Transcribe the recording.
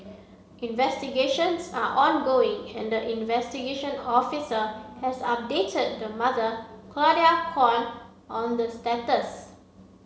investigations are ongoing and the investigation officer has updated the mother Claudia Kwan on the status